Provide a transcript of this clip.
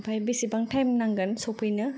आमफाय बेसेबां टाइम नांगोन सौफैनो